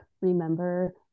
remember